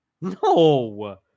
No